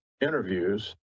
interviews